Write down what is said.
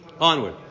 Onward